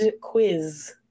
quiz